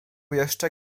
jeszcze